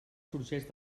sorgeix